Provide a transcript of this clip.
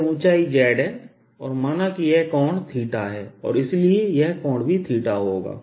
यह ऊंचाई z है और माना कि यह कोण है और इसलिए यह कोण भी होगा